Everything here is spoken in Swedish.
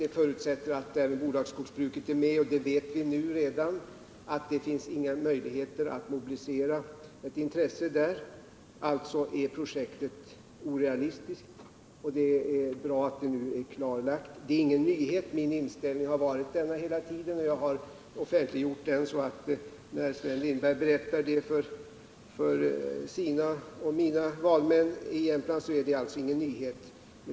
Det förutsätter att bolagsskogsbruket är med. Vi vet redan nu att det inte finns några möjligheter att där mobilisera ett intresse. Projektet är alltså orealistiskt, och det är bra att det nu är klarlagt. Det är ingen nyhet — detta har hela tiden varit min inställning, och jag har offentliggjort den. När Sven Lindberg nu berättar detta för sina och mina valmän i Jämtland, så är det alltså ingen nyhet för dem.